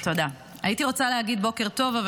הייתי רוצה להגיד בוקר טוב,